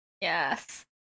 Yes